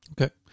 Okay